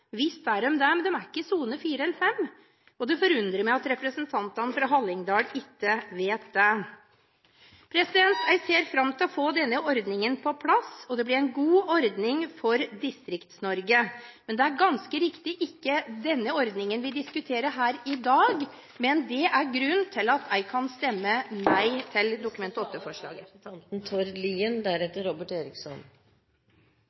Visst er de det, men de er ikke i sone 4 eller 5. Det forundrer meg at representantene fra Hallingdal ikke vet det. Jeg ser fram til å få denne ordningen på plass. Det blir en god ordning for Distrikts-Norge, men det er – ganske riktig – ikke denne ordningen vi diskuterer her i dag. Det er grunnen til at jeg stemmer nei til